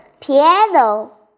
piano